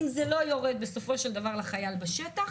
אם זה לא יורד בסופו של דבר לחייל בשטח,